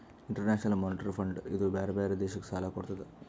international Monetary Fund ಇದೂ ಬ್ಯಾರೆ ಬ್ಯಾರೆ ದೇಶಕ್ ಸಾಲಾ ಕೊಡ್ತುದ್